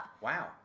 wow